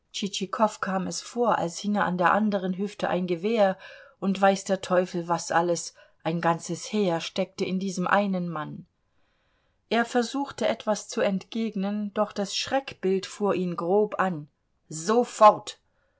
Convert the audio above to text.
kam es vor als hinge an der anderen hüfte ein gewehr und weiß der teufel was alles ein ganzes heer steckte in diesem einen mann er versuchte etwas zu entgegnen doch das schreckbild fuhr ihn grob an sofort